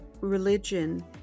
religion